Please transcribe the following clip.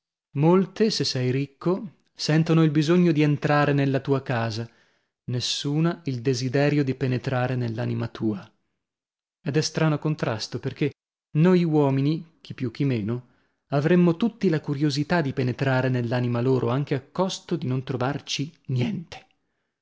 molte se sei ricco sentono il bisogno di entrare nella tua casa nessuna il desiderio di penetrare nell'anima tua ed è strano contrasto perchè noi uomini chi più chi meno avremmo tutti la curiosità di penetrare nell'anima loro anche a costo di non trovarci niente